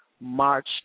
March